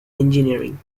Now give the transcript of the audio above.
engineering